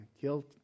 guilt